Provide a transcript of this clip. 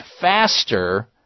faster